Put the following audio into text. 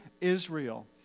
Israel